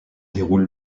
déroule